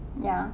ya